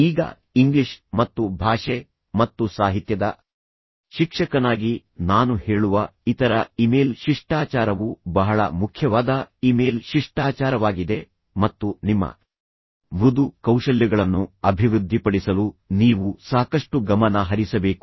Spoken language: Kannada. ಈಗ ಇಂಗ್ಲಿಷ್ ಮತ್ತು ಭಾಷೆ ಮತ್ತು ಸಾಹಿತ್ಯದ ಶಿಕ್ಷಕನಾಗಿ ನಾನು ಹೇಳುವ ಇತರ ಇಮೇಲ್ ಶಿಷ್ಟಾಚಾರವು ಬಹಳ ಮುಖ್ಯವಾದ ಇಮೇಲ್ ಶಿಷ್ಟಾಚಾರವಾಗಿದೆ ಮತ್ತು ನಿಮ್ಮ ಮೃದು ಕೌಶಲ್ಯಗಳನ್ನು ಅಭಿವೃದ್ಧಿಪಡಿಸಲು ನೀವು ಸಾಕಷ್ಟು ಗಮನ ಹರಿಸಬೇಕು